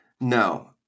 No